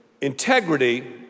integrity